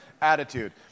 attitude